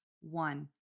one